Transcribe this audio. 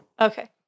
Okay